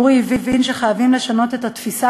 אורי הבין שחייבים לשנות את התפיסה